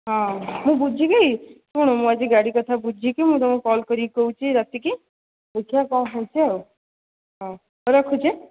ହଁ ମୁଁ ବୁଝିକି ଶୁଣ ମୁଁ ଆଜି ଗାଡ଼ି କଥା ବୁଝିକି ମୁଁ ତୁମକୁ କଲ୍ କରିକି କହୁଛି ରାତିକୁ ଦେଖିବା କ'ଣ ହେଉଛି ଆଉ ହଁ ହଉ ରଖୁଛି ହେଁ